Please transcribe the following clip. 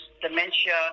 dementia